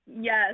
Yes